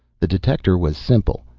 the detector was simple,